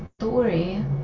story